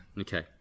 Okay